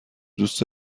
دوست